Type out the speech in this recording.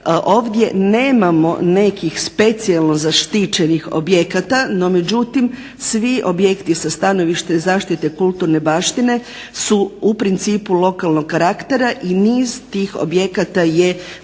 Ovdje nemamo nekih specijalno zaštićenih objekta. No međutim svi objekti sa stanovišta zaštite kulturne baštine su u principu lokalnog karaktera i niz tih objekata je predviđeno